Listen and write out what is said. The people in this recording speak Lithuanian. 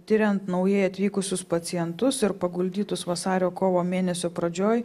tiriant naujai atvykusius pacientus ir paguldytus vasario kovo mėnesio pradžioj